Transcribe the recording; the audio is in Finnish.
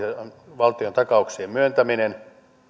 valtiontakauksien myöntäminen